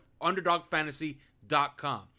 underdogfantasy.com